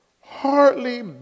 hardly